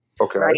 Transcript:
Okay